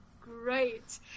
great